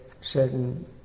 certain